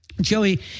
Joey